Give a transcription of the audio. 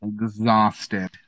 exhausted